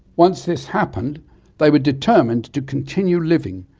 once this happened they were determined to continue living,